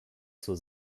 zur